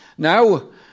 Now